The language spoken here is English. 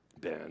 Ben